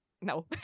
no